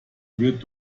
wird